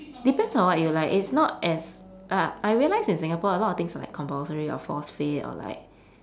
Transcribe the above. depends on what you like it's not as uh I realise in singapore a lot of things are like compulsory or forced fit or like